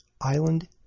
Island